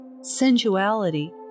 Sensuality